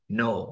no